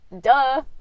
duh